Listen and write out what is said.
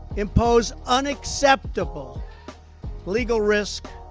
impose unacceptable legal risk,